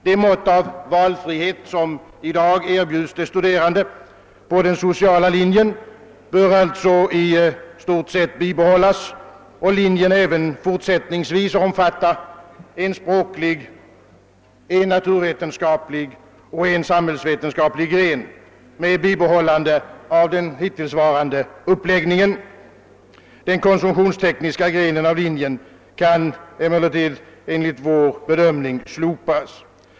Det mått av valfrihet som i dag erbjudes de studerande på den sociala linjen bör alltså i stort sett finnas kvar och linjen även fortsättningsvis omfatta en språklig, en naturvetenskaplig och en samhällsvetenskaplig gren med bibehållande av den hittillsvarande uppläggningen. Linjens konsumtionstekniska gren kan emellertid enligt vår bedömning slopas.